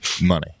money